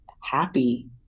happy